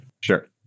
Sure